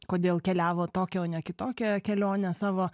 kodėl keliavo tokią o ne kitokią kelionę savo